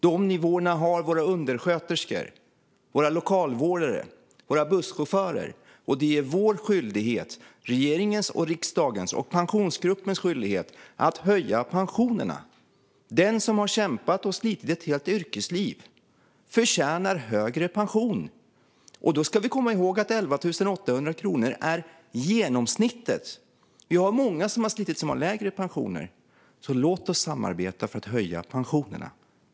De nivåerna har våra undersköterskor, våra lokalvårdare och våra busschaufförer, och det är regeringens, riksdagens och Pensionsgruppens skyldighet att höja pensionerna. Den som har kämpat och slitit ett helt yrkesliv förtjänar högre pension. Då ska vi komma ihåg att 11 800 kronor är genomsnittet. Vi har många som har slitit som har lägre pensioner. Låt oss därför samarbeta för att höja pensionerna!